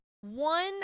One